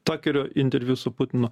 takerio interviu su putinu